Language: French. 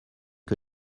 que